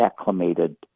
acclimated